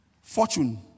Fortune